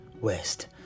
west